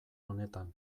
honetan